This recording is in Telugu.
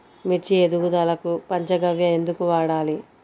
మిర్చి ఎదుగుదలకు పంచ గవ్య ఎందుకు వాడాలి?